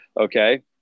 Okay